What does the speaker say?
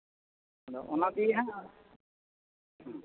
ᱟᱫᱚ ᱚᱱᱟ ᱛᱮᱜᱮ ᱦᱟᱸᱜ ᱦᱮᱸ